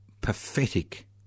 pathetic